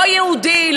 לא יהודי,